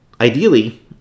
ideally